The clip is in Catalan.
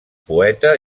poeta